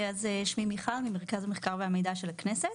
אני ממרכז המחקר והמידע של הכנסת.